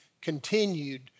continued